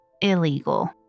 illegal